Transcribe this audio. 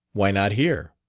why not here?